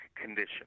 condition